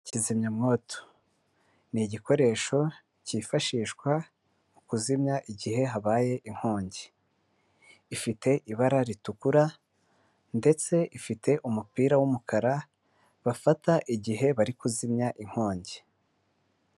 Kizimyamwoto ni igikoresho cyifashishwa mu kuzimya igihe habaye inkongi, ifite ibara ritukura ndetse ifite umupira w'umukara bafata igihe bari kuzimya inkongi.